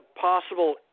possible